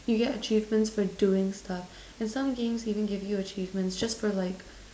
so you get achievements for doing stuff and some games even give you achievements just for like